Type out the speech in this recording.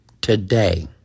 today